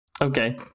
Okay